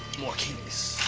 more keys.